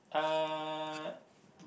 uh